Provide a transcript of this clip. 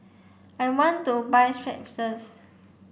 I want to buy Strepsils